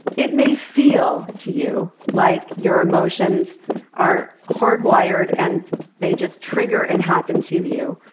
it may feel to you like your emotions are hardwired and they just trigger and happen to you,